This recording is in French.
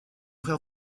frère